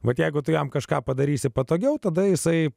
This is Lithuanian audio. mat jeigu tu jam kažką padarysi patogiau tada jisai